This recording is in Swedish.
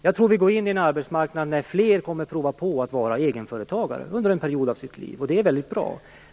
Jag tror att vi går mot en arbetsmarknad där fler kommer att prova på att vara egenföretagare under en period av sitt liv, och det är väldigt bra.